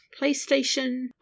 PlayStation